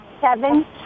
seven